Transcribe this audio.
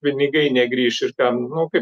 pinigai negrįš ir kam nu kaip